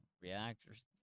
reactors